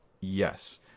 Yes